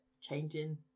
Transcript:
changing